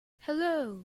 hello